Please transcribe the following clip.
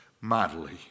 mightily